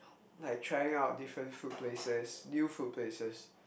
like trying out different food places new food places